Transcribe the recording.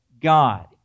God